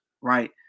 right